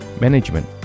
management